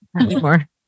anymore